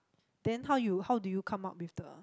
then how you how do you come up with the